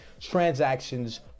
transactions